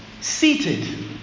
Seated